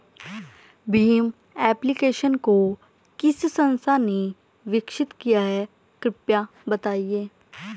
Bhim application को किस संस्था ने विकसित किया है कृपया बताइए?